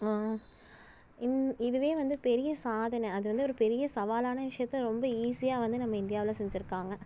இதுவே வந்து பெரிய சாதனை அது வந்து ஒரு பெரிய சவாலான விஷயத்தை ரொம்ப ஈஸியாக வந்து நம்ம இந்தியாவில் செஞ்சிருக்காங்க